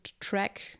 track